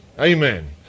Amen